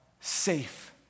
safe